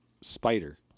Spider